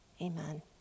Amen